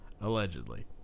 allegedly